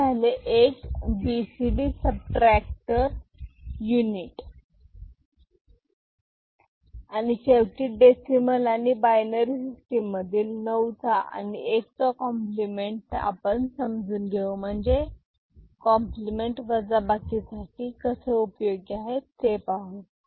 हे झाले एक बीसीडी सबट्रॅक्टर युनिट आणि शेवटी डेसिमल आणि बायनरी सिस्टीम मधील 9चा आणि 1 चा कॉम्प्लिमेंट समजून घेऊ म्हणजेच कॉम्प्लिमेंट वजाबाकी साठी कसे उपयोगी आहेत ते पाहू